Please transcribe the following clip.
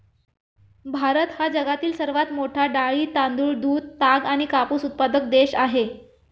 भारत हा जगातील सर्वात मोठा डाळी, तांदूळ, दूध, ताग आणि कापूस उत्पादक देश आहे